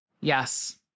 yes